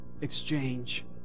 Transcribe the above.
exchange